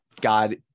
God